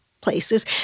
places